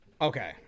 Okay